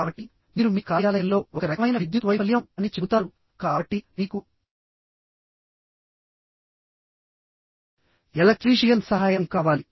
కాబట్టి మీరు మీ కార్యాలయంలో ఒక రకమైన విద్యుత్ వైఫల్యం అని చెబుతారుకాబట్టి మీకు ఎలక్ట్రీషియన్ సహాయం కావాలి